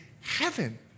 heaven